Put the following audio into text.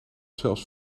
zelfs